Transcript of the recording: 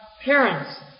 Parents